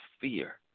fear